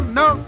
no